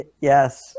Yes